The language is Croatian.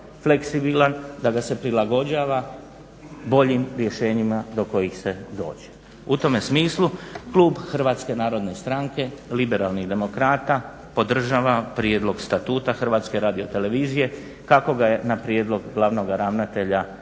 fleksibilan da ga se prilagođava boljim rješenjima do kojih se dođe. U tome smislu Klub HNS-a liberalnih demokrata podržava prijedlog statuta HRT-a kako ga je na prijedlog glavnoga ravnatelja